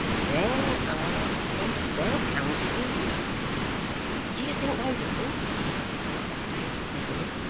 then, i think they'll come to you yet do you think they will cried kit eagerly.